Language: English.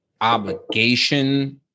obligation